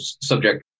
subject